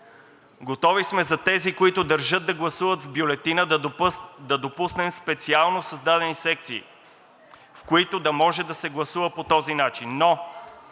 Готови сме за тези, които държат да гласуват с бюлетина, да допуснем специално създадени секции, в които да може да се гласува по този начин,